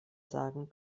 sagen